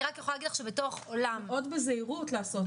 מאוד בזהירות לעשות את זה.